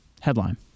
Headline